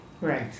Right